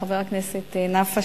חבר הכנסת נפאע,